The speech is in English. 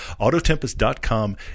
Autotempest.com